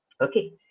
Okay